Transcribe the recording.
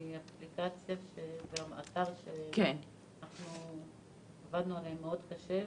אלה אפליקציה ואתר שעבדנו עליהם מאוד קשה,